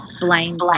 Blame